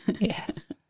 Yes